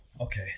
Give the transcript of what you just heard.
okay